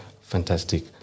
Fantastic